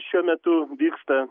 šiuo metu vyksta